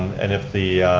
and if the